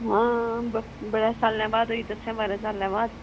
हां बड़े साले बाद होई दस्सें बाह्रें सालें बाद